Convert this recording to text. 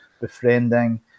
befriending